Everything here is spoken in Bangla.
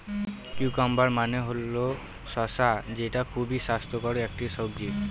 কিউকাম্বার মানে হল শসা যেটা খুবই স্বাস্থ্যকর একটি সবজি